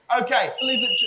Okay